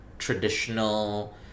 traditional